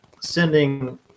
sending